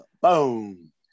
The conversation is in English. Boom